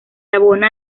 abona